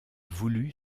voulut